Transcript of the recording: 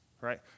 Right